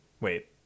Wait